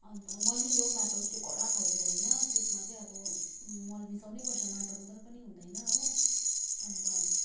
अन्त मलिलो माटो पनि त्यो कडा खालको होइन त्यसमा चाहिँ अब मल मिसाउनै पर्छ माटो मात्रै पनि हुँदैन हो अन्त